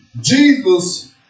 Jesus